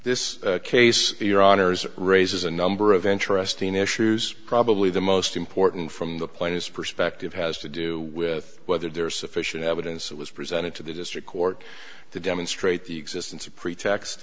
this case your honour's raises a number of interesting issues probably the most important from the plane is perspective has to do with whether there is sufficient evidence that was presented to the district court to demonstrate the existence of pre